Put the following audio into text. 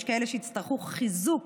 יש כאלה שיצטרכו חיזוק